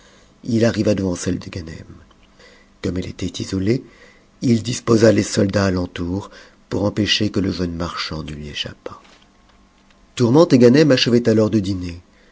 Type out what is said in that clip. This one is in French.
il arriva devant celle de ganem comme elle était isolée il disposa les soldats à l'entour pour empêcher que le jeune marchand ne lui échappât tourmente et ganem achevaient alors de dîner